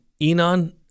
Enon